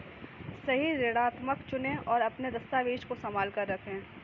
सही ऋणदाता चुनें, और अपने दस्तावेज़ संभाल कर रखें